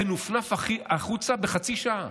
זה נופנף החוצה בחצי שעה.